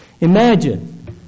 Imagine